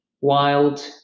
wild